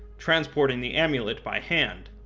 transporting the amulet by hand,